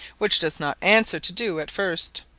which does not answer to do at first.